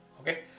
okay